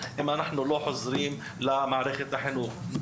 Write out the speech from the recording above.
אם אנחנו לא חוזרים למערכת חינוך ומטפלים בה.